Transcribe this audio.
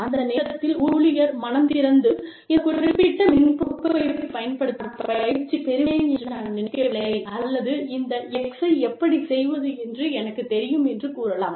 அந்த நேரத்தில் ஊழியர் மனந்திறந்து இந்த குறிப்பிட்ட மென்பொருள் தொகுப்பைப் பயன்படுத்த நான் பயிற்சி பெறுவேன் என்று நான் நினைக்கவில்லை அல்லது இந்த x ஐ எப்படிச் செய்வது என்று எனக்குத் தெரியும் என்று கூறலாம்